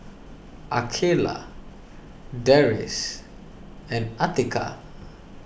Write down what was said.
Aqeelah Deris and Atiqah